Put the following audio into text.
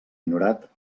ignorat